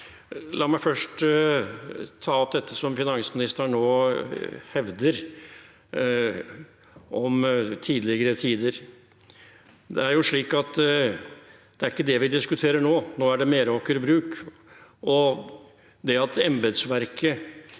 La meg først ta opp dette som finansministeren nå hevder om tidligere tider. Det er jo ikke det vi diskuterer nå, nå er det Meraker Brug. Det at embetsverket